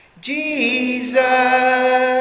Jesus